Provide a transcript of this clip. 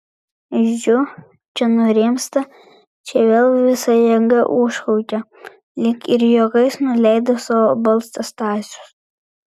žiū čia nurimsta čia vėl visa jėga užkaukia lyg ir juokais nuleido savo balsą stasius